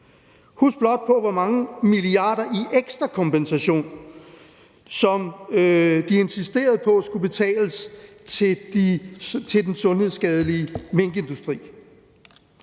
Husk blot på, hvor mange milliarder i ekstra kompensation, som de insisterede på skulle betales til den sundhedsskadelige minkindustri.